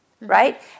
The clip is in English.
right